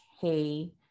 hey